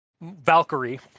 Valkyrie